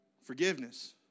Forgiveness